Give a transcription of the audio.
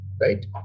right